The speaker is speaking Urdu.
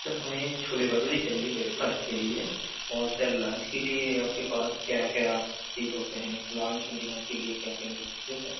سر ہمیں چھولے بھٹوری چاہیے بریک فاسٹ کے لیے اور سر لنچ کے لیے آپ کے پاس کیا کیا چیز ہوتے ہیں لنچ ڈنر کے لیے کیا کیا میلے سر